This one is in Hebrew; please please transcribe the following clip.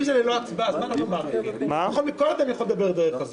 אם זה ללא הצבעה, כל אדם יכול לדבר דרך הזום.